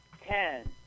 Ten